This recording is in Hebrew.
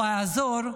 או יעזור,